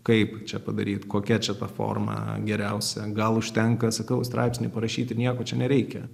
kaip čia padaryt kokia čia ta forma geriausia gal užtenka sakau straipsnį parašyt ir nieko čia nereikia